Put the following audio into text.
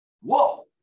Whoa